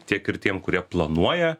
tiek ir tiem kurie planuoja